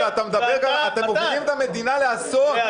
אתם מובילים את המדינה לאסון.